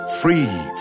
Free